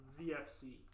VFC